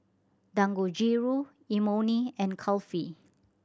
Dangojiru Imoni and Kulfi